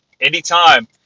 Anytime